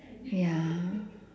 ya